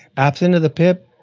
absent of the pip,